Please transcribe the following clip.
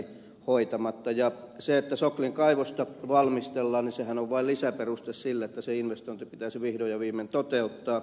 se että soklin kaivosta valmistellaan on vain lisäperuste sille että se investointi pitäisi vihdoin ja viimein toteuttaa